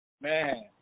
Man